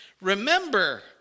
Remember